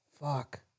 Fuck